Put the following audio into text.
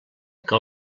que